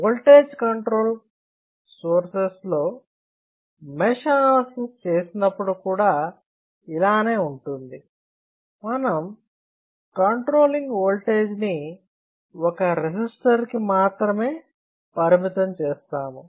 voltage control sources లో mesh analysis చేసినప్పుడు కూడా ఇలానే ఉంటుంది మనం కంట్రోలింగ్ ఓల్టేజ్ ని ఒక రెసిస్టర్ కి మాత్రమే పరిమితం చేస్తాము